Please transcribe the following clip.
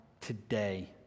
today